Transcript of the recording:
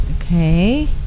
Okay